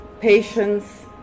patience